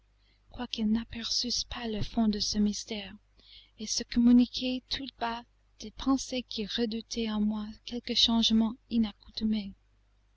quoiqu'ils n'aperçussent pas le fond de ce mystère et se communiquaient tout bas des pensées qui redoutaient en moi quelque changement